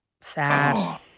sad